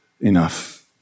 enough